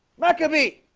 maca me